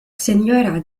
señora